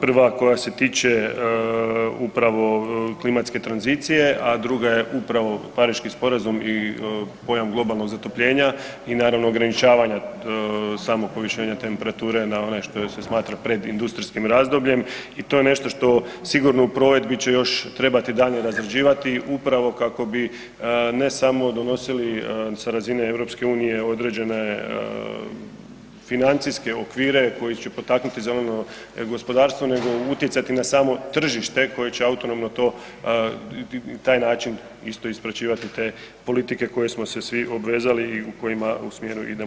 prva koja se tiče upravo klimatske tranzicije, a druga je upravo Pariški sporazum i pojam globalnog zatopljenja i naravno ograničavanja samog povišenja temperature na onaj što se smatra predindustrijskim razdobljem i to je nešto što sigurno u provedbi će još trebati daljnje razrađivati upravo kako bi ne samo donosili sa razine EU određene financijske okvire koje će potaknuti zeleno gospodarstvo, nego utjecati na samo tržište koje će autonomno to, taj način isto ispraćivate te politike koje smo se svi obvezali i u kojima u smjeru idemo.